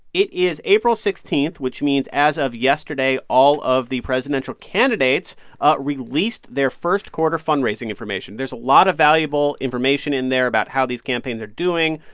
it is april sixteen, which means as of yesterday, all of the presidential candidates ah released their first-quarter fundraising information. there's a lot of valuable information in there about how these campaigns are doing,